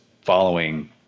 following